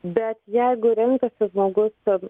bet jeigu renkasi žmogus ten